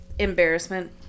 Embarrassment